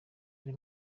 ari